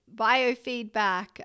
biofeedback